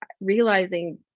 realizing